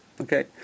Okay